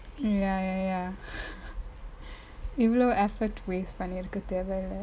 ya ya ya இவ்வளொ:evalo effort waste பன்னிருக்க தேவை இல்ல:panniruka tevai ille